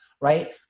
right